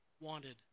wanted